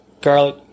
garlic